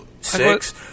Six